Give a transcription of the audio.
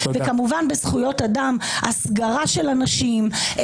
וכמובן בזכויות אדם: הסגרה של אנשים,